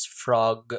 frog